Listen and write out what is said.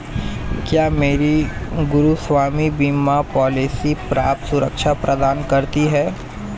क्या मेरी गृहस्वामी बीमा पॉलिसी पर्याप्त सुरक्षा प्रदान करती है?